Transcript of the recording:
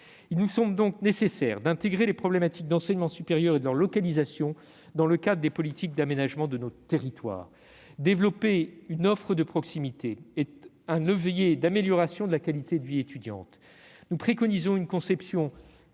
Il nous semble donc nécessaire d'intégrer les problématiques d'enseignement supérieur et de leur localisation dans le cadre des politiques d'aménagement de nos territoires. Développer une offre de proximité est un levier d'amélioration de la qualité de vie des étudiants. Nous préconisons une conception